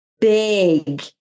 big